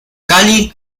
cali